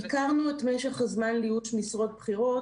משך הזמן לאיוש משרות בכירות באמצעות מכרז).